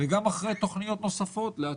וגם אחרי תכניות נוספות לעתיד.